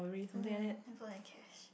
um handphone and cash